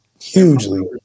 Hugely